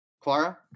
Clara